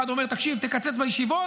אחד אומר: תקשיב, תקצץ בישיבות